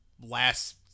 last